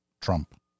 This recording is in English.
Trump